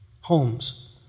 Homes